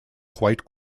quite